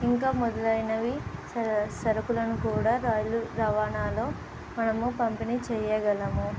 ఇంకా మొదలైనవి స సరుకులను కూడా రైలు రవాణాలో మనము పంపిణీ చేయగలము